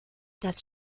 das